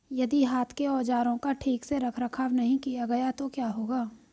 यदि हाथ के औजारों का ठीक से रखरखाव नहीं किया गया तो क्या होगा?